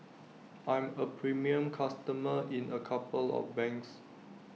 I'm A premium customer in A couple of banks